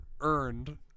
earned